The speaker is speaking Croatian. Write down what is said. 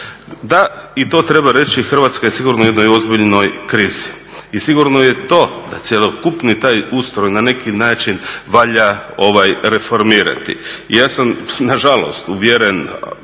Da i to treba reći Hrvatska je sigurno u jednoj ozbiljnoj krizi i sigurno je to taj cjelokupni taj ustroj na neki način valja reformirati. I ja sam na žalost uvjeren,